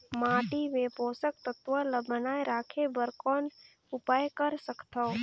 माटी मे पोषक तत्व ल बनाय राखे बर कौन उपाय कर सकथव?